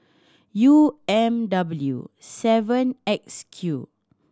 U M W seven X Q